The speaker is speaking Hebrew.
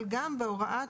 אבל גם בהוראת